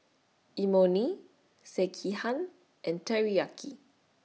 Imoni Sekihan and Teriyaki